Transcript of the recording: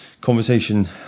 Conversation